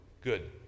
Good